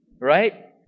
right